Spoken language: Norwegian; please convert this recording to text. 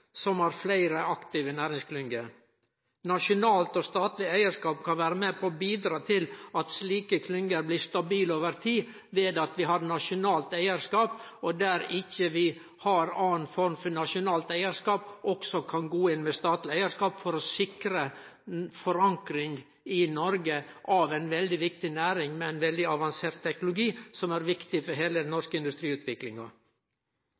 som har fleire aktive næringsklynger. Nasjonal og statleg eigarskap kan vere med på å bidra til at slike klynger blir stabile over tid ved at vi har nasjonal eigarskap, og der vi ikkje har anna form for nasjonal eigarskap også kan gå inn med statleg eigarskap for å sikre forankring i Noreg av ei veldig viktig næring med ein veldig avansert teknologi, som er viktig for heile den